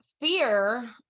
fear